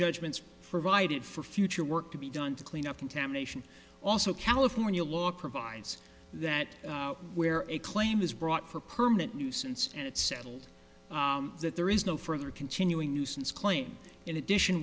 judgments for vide it for future work to be done to clean up contamination also california law provides that where a claim is brought for permanent nuisance and it's settled that there is no further continuing nuisance claim in addition